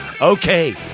Okay